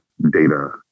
data